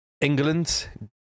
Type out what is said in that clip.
England